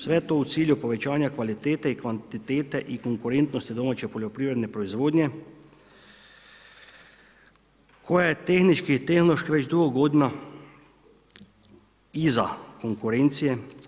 Sve to u cilju povećanja kvalitete i kvantitete i konkurentnosti domaće poljoprivredne proizvodnje koja je tehnički i tehnološki već dugo godina iza konkurencije.